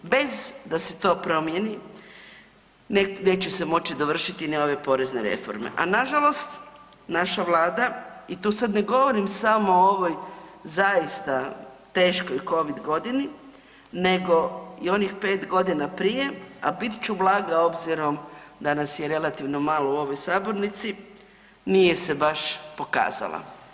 Bez da se to promijeni neće se moći dovršiti nove porezne reforme, a nažalost naša Vlada, i tu sada ne govorim samo o ovoj zaista teškoj covid godini nego i onih pet godina prije, a bit ću blaga obzirom da nas je relativno malo u ovoj sabornici, nije se baš pokazala.